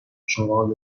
شمال